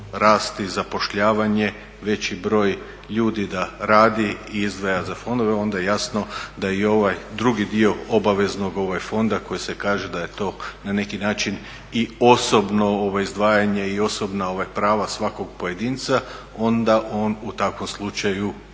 rasti zapošljavanje, veći broj ljudi da radi i izdvaja za fondove, onda jasno da je i ovaj drugi dio obaveznog fonda koji se kaže da je to na neki način i osobno izdvajanje, i osobna prava svakog pojedinca onda on u takvom slučaju